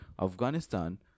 Afghanistan